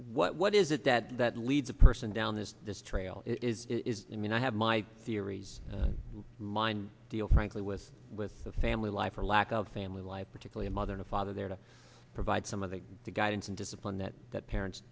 experience what is it that that leads a person down this this trail is is i mean i have my theories and mine deal frankly with with the family life or lack of family life particularly a mother and father there to provide some of the guidance and discipline that that parents